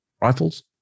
Rifles